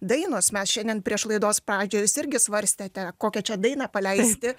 dainos mes šiandien prieš laidos pradžią jūs irgi svarstėte kokia čia dainą paleisti